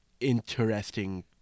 interesting